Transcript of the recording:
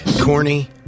Corny